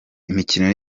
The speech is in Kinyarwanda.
imikino